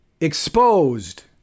exposed